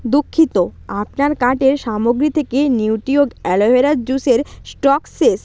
দুঃখিত আপনার কার্টের সামগ্রী থেকে নিউট্রিঅর্গ অ্যালোভেরার জুসের স্টক শেষ